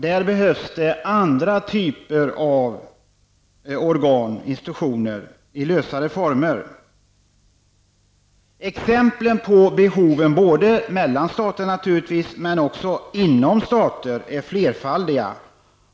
Det behövs andra typer av organ och institutioner i lösare former. Exemplen på behoven av medling både mellan stater och inom stater är många.